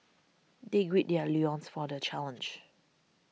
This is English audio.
they gird their loins for the challenge